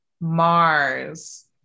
mars